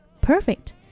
Perfect